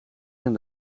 zijn